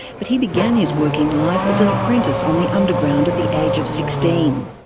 but he began his working life as an apprentice on the underground at the age of sixteen.